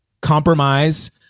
compromise